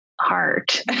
heart